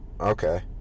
Okay